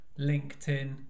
LinkedIn